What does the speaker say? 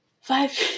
five